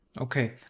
Okay